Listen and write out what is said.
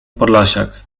podlasiak